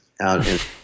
Out